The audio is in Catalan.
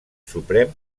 suprem